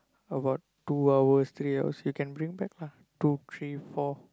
about two hours three hours you can bring back lah two three four